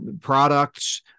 products